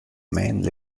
mainly